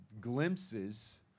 glimpses